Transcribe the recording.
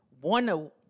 one